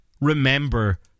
remember